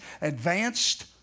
advanced